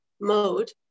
mode